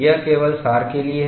यह केवल सार के लिए है